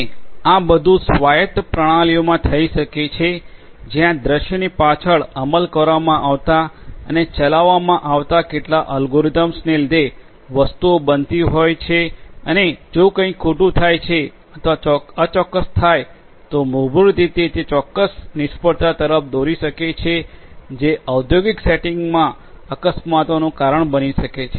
અને આ બધું સ્વાયત્ત પ્રણાલીઓમાં થઈ શકે છે જ્યાં દ્રશ્યની પાછળ અમલ કરવામાં આવતા અને ચલાવવામાં આવતા કેટલાક અલ્ગોરિધમ્સને લીધે વસ્તુઓ બનતી હોય છે અને જો કંઈક ખોટું થાય છે અથવા અચોક્કસ થાય તો મૂળભૂત રીતે તે ચોક્કસ નિષ્ફળતા તરફ દોરી શકે છે જે ઔદ્યોગિક સેટિંગ્સમાં અકસ્માતોનું કારણ બની શકે છે